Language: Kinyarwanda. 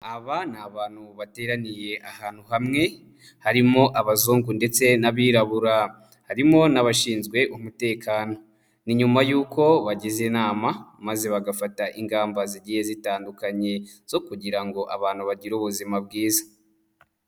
Aba ni abantu bateraniye ahantu hamwe, harimo abazungu ndetse n'abirabura. Harimo n'abashinzwe umutekano. Ni nyuma y'uko bagize inama maze bagafata ingamba zigiye zitandukanye zo kugira ngo abantu bagire ubuzima bwiza.